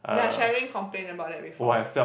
ya Sherralyn complain about that before